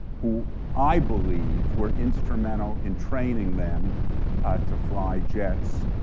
who i believe, were instrumental in training them to fly jets.